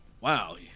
Wow